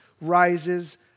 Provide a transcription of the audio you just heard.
rises